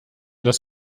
dass